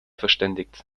verständigt